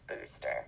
booster